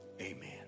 Amen